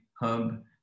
hub